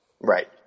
Right